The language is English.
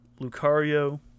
lucario